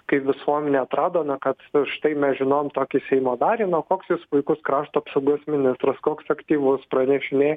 kai visuomenė atrado na kad štai mes žinojom tokį seimo narį na o koks jis puikus krašto apsaugos ministras koks aktyvus pranešinėja